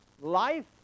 life